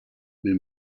mais